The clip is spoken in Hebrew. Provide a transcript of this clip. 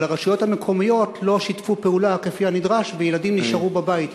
אבל הרשויות המקומיות לא שיתפו פעולה כפי הנדרש וילדים נשארו בבית,